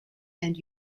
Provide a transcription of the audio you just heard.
and